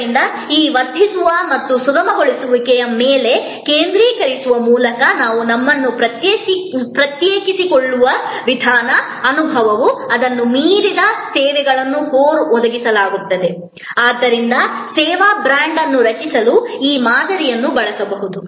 ಆದ್ದರಿಂದ ಈ ವರ್ಧಿಸುವ ಮತ್ತು ಸುಗಮಗೊಳಿಸುವಿಕೆಗಳ ಮೇಲೆ ಕೇಂದ್ರೀಕರಿಸುವ ಮೂಲಕ ನಾವು ನಮ್ಮನ್ನು ಪ್ರತ್ಯೇಕಿಸಿಕೊಳ್ಳುವ ವಿಧಾನ ಅನುಭವವು ಅದನ್ನು ಮೀರಿದ ಸೇವೆಗಳನ್ನು ಕೋರ್ ಒದಗಿಸುತ್ತದೆ ಆದ್ದರಿಂದ ಸೇವಾ ಬ್ರಾಂಡ್ ಅನ್ನು ರಚಿಸಲು ಈ ಮಾದರಿಯನ್ನು ಬಳಸಬಹುದು